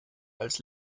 als